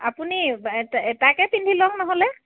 আপুনি তাকে পিন্ধি লওক নহ'লে